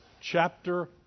chapter